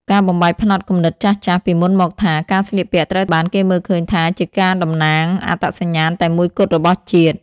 ការបំបែកផ្នត់គំនិតចាស់ៗ ពីមុនមកថា ការស្លៀកពាក់ត្រូវបានគេមើលឃើញថាជាការតំណាងអត្តសញ្ញាណតែមួយគត់របស់ជាតិ។